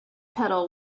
pedal